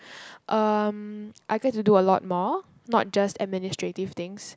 um I get to do a lot more not just administrative things